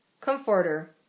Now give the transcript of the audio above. Comforter